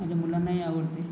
माझ्या मुलांनाही आवडते